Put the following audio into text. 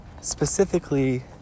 specifically